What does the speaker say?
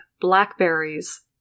blackberries